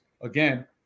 again